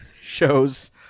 Shows